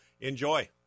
enjoy